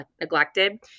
neglected